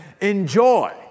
enjoy